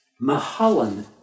Mahalan